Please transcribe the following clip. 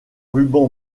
ruban